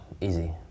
easy